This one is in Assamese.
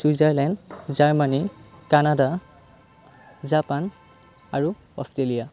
ছুইজাৰলেণ্ড জাৰ্মানী কানাডা জাপান আৰু অষ্ট্ৰেলিয়া